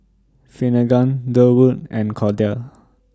Finnegan Durwood and Cordell